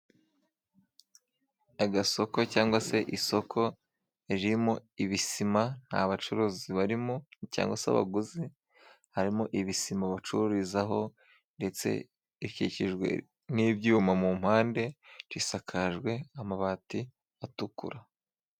Agasoko cyangwa se isoko ririmo ibisima nta bacuruzi barimo cyangwa se abaguzi harimo ibisima bacururizaho ndetse ikikijwe n'ibyuma, mu mpande risakajwe amabati atukura.